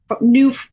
new